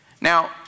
Now